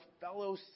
fellow